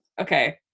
okay